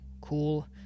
cool